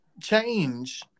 change